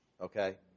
okay